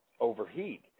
overheat